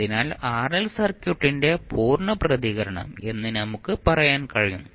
അതിനാൽ ആർഎൽ സർക്യൂട്ടിന്റെ പൂർണ്ണ പ്രതികരണം എന്ന് നമുക്ക് പറയാൻ കഴിയും